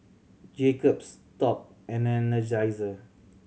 Jacob's Top and Energizer